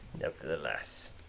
nevertheless